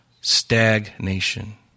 Stagnation